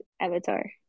Avatar